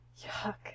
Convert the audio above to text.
Yuck